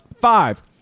five